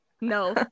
No